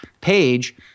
page